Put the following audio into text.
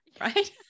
right